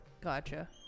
Gotcha